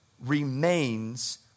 remains